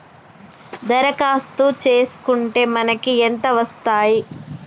దరఖాస్తు చేస్కుంటే మనకి ఎంత వస్తాయి?